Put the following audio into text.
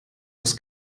das